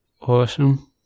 Awesome